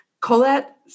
Colette